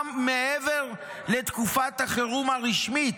גם מעבר לתקופת החירום הרשמית,